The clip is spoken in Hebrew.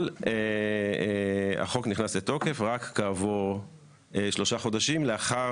אבל החוק נכנס לתוקף רק כעבור שלושה חודשים לאחר